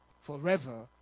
Forever